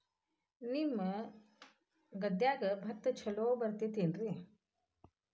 ನಿಮ್ಮ ಗದ್ಯಾಗ ಭತ್ತ ಛಲೋ ಬರ್ತೇತೇನ್ರಿ?